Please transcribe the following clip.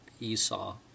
Esau